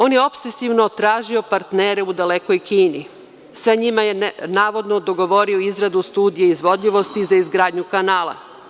On je opsesivno tražio partnere u dalekoj Kini, sa njima je navodno dogovorio izradu studije izvodljivosti za izgradnju kanala.